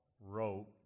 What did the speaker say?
wrote